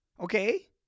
okay